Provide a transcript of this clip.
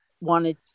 wanted